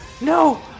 No